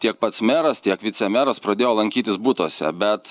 tiek pats meras tiek vicemeras pradėjo lankytis butuose bet